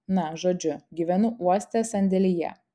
na žodžiu gyvenu uoste sandėlyje